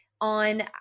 on